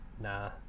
nah